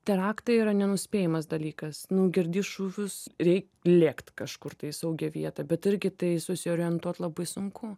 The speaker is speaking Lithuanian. tie raktai yra nenuspėjamas dalykas nu girdi šūvius reik lėkt kažkur tai į saugią vietą bet irgi tai susiorientuot labai sunku